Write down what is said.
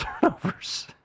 turnovers